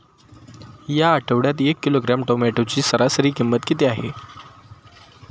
या आठवड्यात एक किलोग्रॅम टोमॅटोची सरासरी किंमत किती आहे?